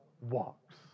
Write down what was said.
walks